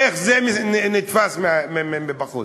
איך זה נתפס מבחוץ.